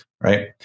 right